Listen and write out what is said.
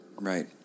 Right